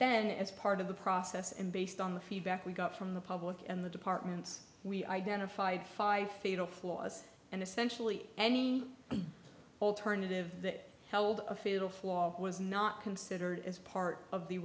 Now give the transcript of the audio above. then as part of the process and based on the feedback we got from the public and the departments we identified five fatal flaws and essentially any alternative that held a fatal flaw was not considered as part of the